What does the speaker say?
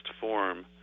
form